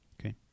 okay